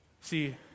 See